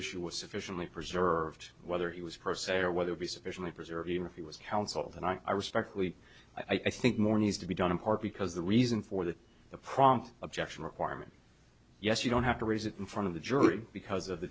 issue was sufficiently preserved whether he was per se or whether it be sufficiently preserve even if it was counsel that i respectfully i think more needs to be done in part because the reason for that the prompt objection requirement yes you don't have to raise it in front of the jury because of the